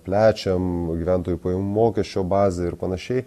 plečiam gyventojų pajamų mokesčio bazę ir panašiai